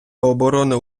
оборони